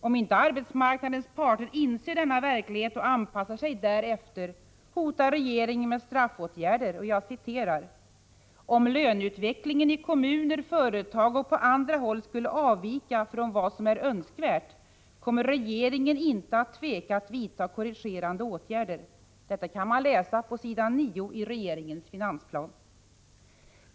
Om inte arbetsmarknadens parter inser denna verklighet och anpassar sig därefter hotar regeringen med straffåtgärder: ”Om löneutvecklingen i kommuner, företag och på andra håll skulle avvika från vad som är önskvärt, kommer regeringen inte att tveka att vidta korrigerande åtgärder”, kan man läsa på s. 9 i regeringens finansplan.